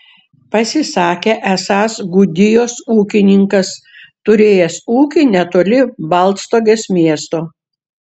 pasisakė esąs gudijos ūkininkas turėjęs ūkį netoli baltstogės miesto